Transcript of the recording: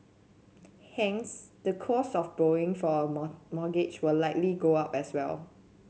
hence the cost of borrowing for a mortgage will likely go up as well